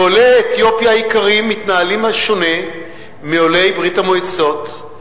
עולי אתיופיה היקרים מתנהלים שונה מעולי ברית-המועצות.